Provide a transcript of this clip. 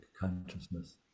consciousness